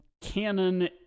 canon